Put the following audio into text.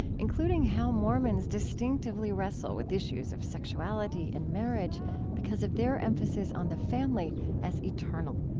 including how mormons distinctively wrestle with issues of sexuality and marriage because of their emphasis on the family as eternal.